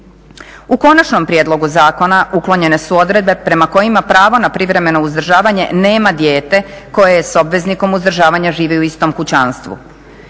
U konačnom prijedlogu zakona uklonjene su odredbe prema kojima pravo na privremeno uzdržavanje nema dijete koje s obveznikom uzdržavanja živi u istom kućanstvu.